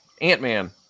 Ant-Man